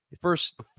first